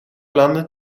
landen